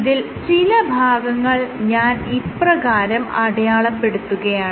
ഇതിൽ ചില ഭാഗങ്ങൾ ഞാൻ ഇപ്രകാരം അടയാളപ്പെടുത്തുകയാണ്